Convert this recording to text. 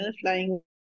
flying